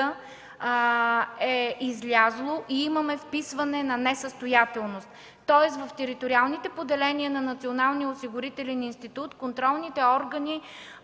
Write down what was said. е излязло и имаме вписване на несъстоятелност. Тоест в териториалните поделения на Националния